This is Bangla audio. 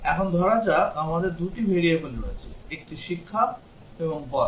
এখন ধরা যাক আমাদের দুটি ভেরিয়েবল রয়েছে একটি শিক্ষা এবং বয়স